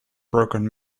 broken